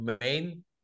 main